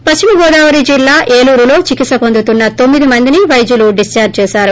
పశ్చిమ గోదావరి జిల్లా ఏలూరులో చికిత్ప వొందుతున్న తొమ్మిది మందిని పైద్యులు డిశ్చార్ల్ చేశారు